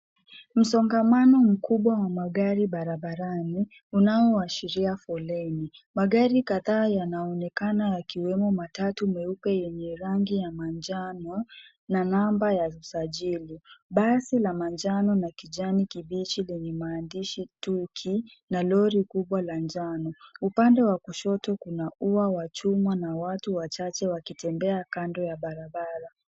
Msongamano mkubwa wa magari barabarani unaoashiria foleni. Magari kadhaa yanaonekana yakiwemo matatu meupe yenye rangi ya manjano na namba ya usajili. Basi la manjano na kijani kibichi lenye maandishi tuki na lori kubwa la njano. Upande wa kushoto kuna ua wa chuma na watu wachache wakitembea kando ya barabara.